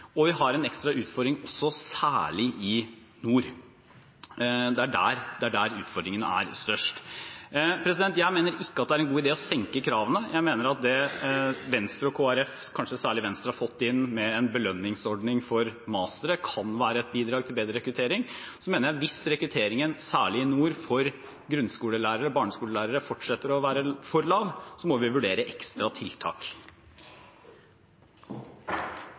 og særlig i nord, der er utfordringen størst. Jeg mener det ikke er en god idé å senke kravene. Jeg mener at det Venstre og Kristelig Folkeparti, kanskje særlig Venstre, har fått inn, en belønningsordning for mastere, kan være et bidrag til bedre rekruttering. Jeg mener at hvis rekrutteringen, særlig i nord, til grunnskole- og barneskolelæreryrket fortsetter å være for lav, må vi vurdere ekstra tiltak.